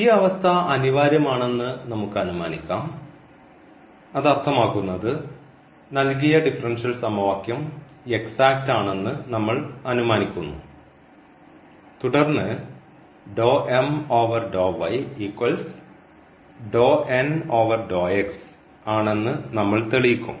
ഈ അവസ്ഥ അനിവാര്യമാണെന്ന് നമുക്ക് അനുമാനിക്കാം അത് അർത്ഥമാക്കുന്നത് നൽകിയ ഡിഫറൻഷ്യൽ സമവാക്യം എക്സാക്റ്റ് ആണെന്ന് നമ്മൾ അനുമാനിക്കുന്നു തുടർന്ന് ആണെന്ന് നമ്മൾ തെളിയിക്കും